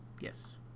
Yes